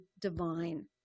divine